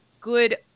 good